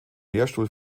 lehrstuhl